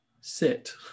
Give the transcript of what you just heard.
Sit